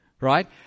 right